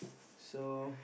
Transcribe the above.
so